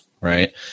Right